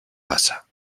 passa